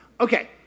Okay